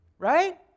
right